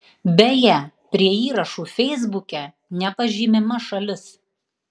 beje prie įrašų feisbuke nepažymima šalis